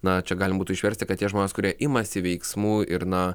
na čia galima būtų išversti kad tie žmonės kurie imasi veiksmų ir na